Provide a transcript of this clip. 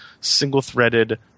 single-threaded